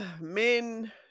Men